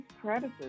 predators